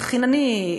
חינני,